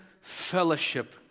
fellowship